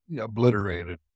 obliterated